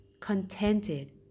contented